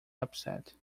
upset